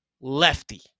Lefty